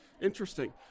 Interesting